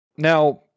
Now